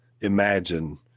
imagine